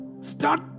Start